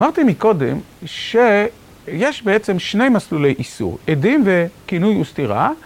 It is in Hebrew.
אמרתי מקודם שיש בעצם שני מסלולי איסור, עדים וכינוי וסתירה.